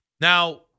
Now